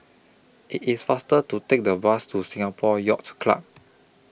IT IS faster to Take The Bus to Singapore Yacht Club